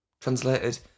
Translated